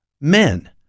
men